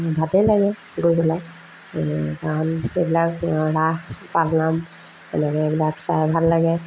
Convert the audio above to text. ভালেই লাগে গৈ পেলাই কাৰণ এইবিলাক ৰাস পালনাম এনেকৈ এইবিলাক চাই ভাল লাগে